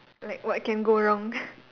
like what can go wrong